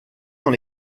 dans